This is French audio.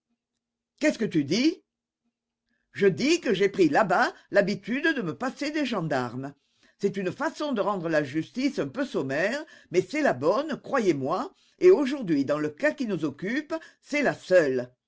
qu'est-ce que tu dis je dis que j'ai pris là-bas l'habitude de me passer des gendarmes c'est une façon de rendre la justice un peu sommaire mais c'est la bonne croyez-moi et aujourd'hui dans le cas qui nous occupe c'est la seule